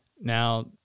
Now